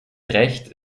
recht